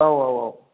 औ औ औ